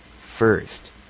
first